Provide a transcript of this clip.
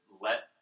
let